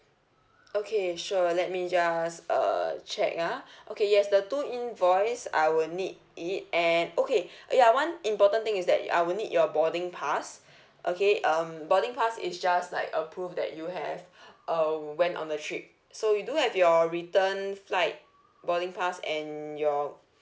okay sure let me just uh check ah okay yes the two invoice I will need it and okay ya one important thing is that I will need your boarding pass okay um boarding pass is just like a proof that you have uh went on the trip so you do have your return flight boarding pass and your